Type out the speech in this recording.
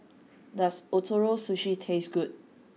does Ootoro Sushi taste good